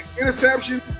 interception